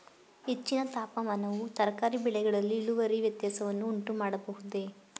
ಹೆಚ್ಚಿನ ತಾಪಮಾನವು ತರಕಾರಿ ಬೆಳೆಗಳಲ್ಲಿ ಇಳುವರಿ ವ್ಯತ್ಯಾಸವನ್ನು ಉಂಟುಮಾಡಬಹುದೇ?